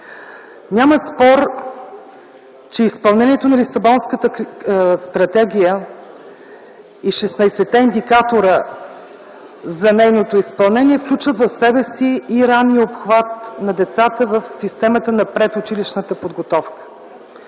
Няма спор, че изпълнението на Лисабонската стратегия и 16-те индикатора за нейното изпълнение включват в себе си и ранния обхват на децата в системата на предучилищната подготовка.